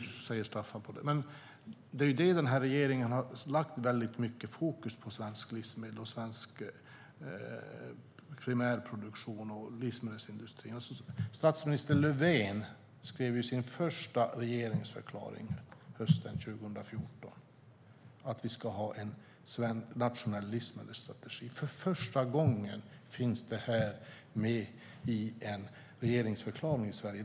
Staffan Danielsson säger att man ska sätta fokus på svenskt livsmedel, primärproduktion och livsmedelsindustrin. Statsminister Stefan Löfven skrev i sin första regeringsförklaring hösten 2014 att vi ska ha en nationell livsmedelsstrategi. För första gången finns det en livsmedelsstrategi med i en regeringsförklaring i Sverige.